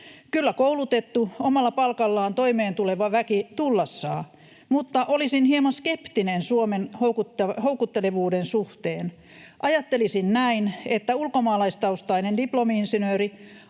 Kyllä koulutettu, omalla palkallaan toimeen tuleva väki tulla saa, mutta olisin hieman skeptinen Suomen houkuttelevuuden suhteen. Ajattelisin näin, että ulkomaalaistaustainen diplomi-insinööri